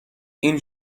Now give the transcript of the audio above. این